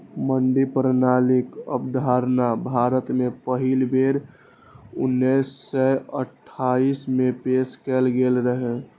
मंडी प्रणालीक अवधारणा भारत मे पहिल बेर उन्नैस सय अट्ठाइस मे पेश कैल गेल रहै